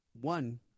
one